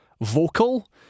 vocal